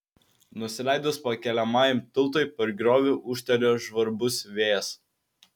nusileidus pakeliamajam tiltui per griovį ūžtelėjo žvarbus vėjas